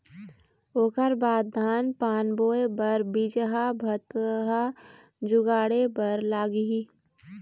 ओखर बाद धान पान बोंय बर बीजहा भतहा जुगाड़े बर लगही